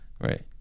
right